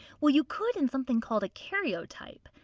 well you could in something called a karyotype.